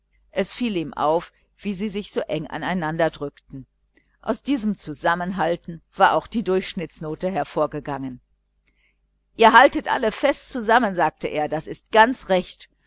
es fiel ihm auf wie sie sich so eng aneinander drückten aus diesem zusammenhalten war auch die durchschnittsnote hervorgegangen ihr haltet alle fest zusammen sagte er das ist ganz recht